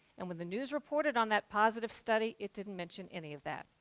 and when the news reported on that positive study, it didn't mention any of that.